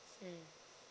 mmhmm